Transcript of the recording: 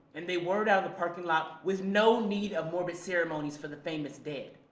and they whirred out the parking lot with no need of morbid ceremonies for the famous dead.